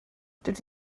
dydw